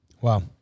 Wow